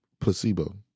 placebo